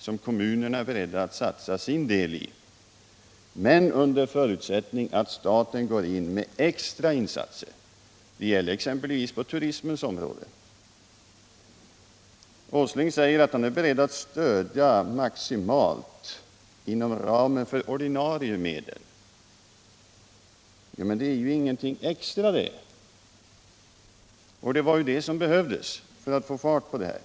som kommunerna är beredda att satsa sin del i men under förutsättning att staten går in med extra insatser. Det gäller exempelvis på turismens område. Nils Åsling säger att han är beredd att stödja maximalt inom ramen för ordinarie medel. Men det är ingenting extra, och det är det som behövs för att få fart på det hela!